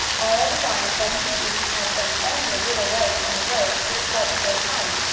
all the while bunny and sue had been only a little way from the road which led to their home,